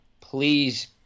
please